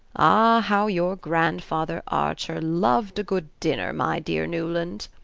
ah, how your grandfather archer loved a good dinner, my dear newland!